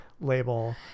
label